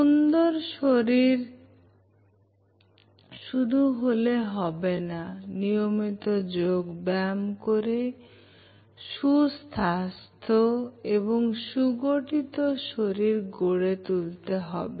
সুন্দর শরীর শুধু হলে হবে না নিয়মিত যোগব্যায়াম করে সুস্বাস্থ্য এবং সুগঠিত শরীর গড়ে তোলা দরকার